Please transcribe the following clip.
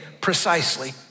precisely